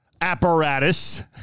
apparatus